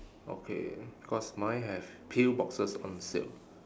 okay because mine have pill boxes on sale